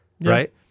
right